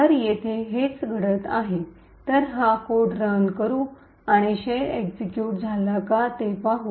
तर येथे हेच घडत आहे म्हणून हा कोड रन करू आणि शेल एक्शिक्यूट झाला का ते पाहू